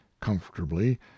comfortably